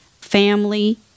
family